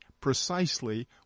precisely